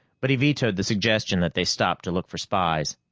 but he vetoed the suggestion that they stop to look for spies.